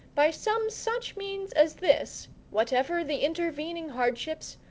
by some such means as this, whatever the intervening hardships,